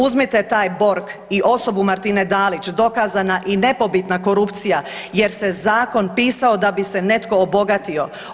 Uzmite taj Borg i osobu Martine Dalić dokazana i nepobitna korupcija jer se zakon pisao da bi se netko obogatio.